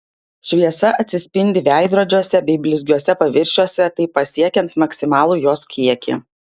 šviesa atsispindi veidrodžiuose bei blizgiuose paviršiuose taip pasiekiant maksimalų jos kiekį